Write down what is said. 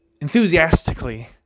enthusiastically